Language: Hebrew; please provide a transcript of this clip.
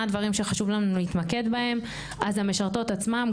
מה הדברים שחשוב לנו להתמקד בהם אז המשרתות עצמם,